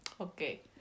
okay